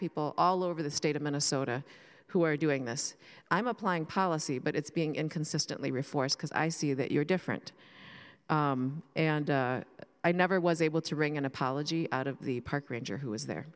people all over the state of minnesota who are doing this i'm applying policy but it's being inconsistently reformed because i see that you're different and i never was able to wring an apology out of the park ranger who was there